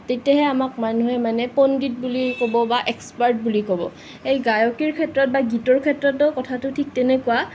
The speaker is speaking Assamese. তেতিয়াহে আমাক মানুহে মানে পণ্ডিত বুলি ক'ব বা এক্সপাৰ্ট বুলি ক'ব এই গায়কীৰ ক্ষেত্ৰত বা গীতৰ ক্ষেত্ৰতো কথাটো ঠিক তেনেকুৱা